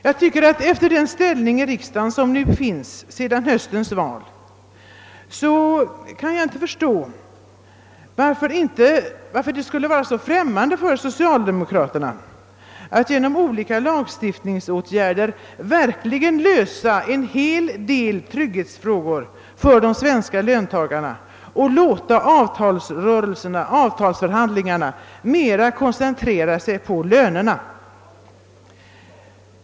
Varför skulle det med den ställning som nu finns i riksdagen sedan höstens val vara så främmande för socialdemokraterna att genom olika lagstiftningsåtgärder verkligen lösa en hel del trygghetsfrågor för de svenska löntagarna och låta avtalsförhandlingarna mera koncentrera sig på lönerna.